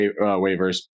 waivers